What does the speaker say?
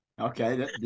Okay